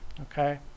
Okay